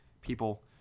people